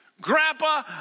Grandpa